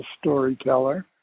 storyteller